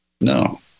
No